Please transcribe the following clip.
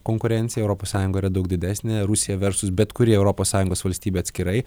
konkurencija europos sąjunga yra daug didesnė rusija versus bet kuri europos sąjungos valstybė atskirai